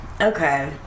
Okay